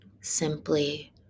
Simply